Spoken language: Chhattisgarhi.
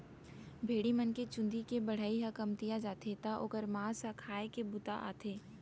भेड़ी मन के चूंदी के बढ़ई ह कमतिया जाथे त ओकर मांस ह खाए के बूता आथे